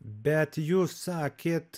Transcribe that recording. bet jūs sakėt